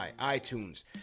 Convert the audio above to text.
iTunes